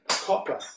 copper